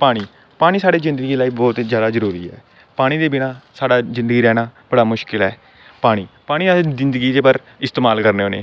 पानी पानी साढ़ी जिंदगी आस्तै बहुत गै जरूरी ऐ पानी दे बिना साढ़ा जिंदगी रैह्ना बड़ा मुश्कल ऐ पानी पानी अस जिंदगी भर इस्तेमाल करने होन्ने